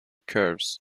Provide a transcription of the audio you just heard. curves